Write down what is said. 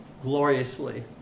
Gloriously